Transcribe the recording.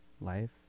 Life